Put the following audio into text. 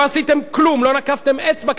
לא נקפתם אצבע כדי לפרק אותה,